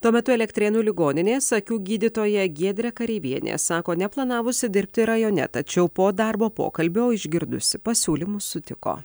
tuo metu elektrėnų ligoninės akių gydytoja giedrė kareivienė sako neplanavusi dirbti rajone tačiau po darbo pokalbio išgirdusi pasiūlymus sutiko